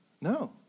No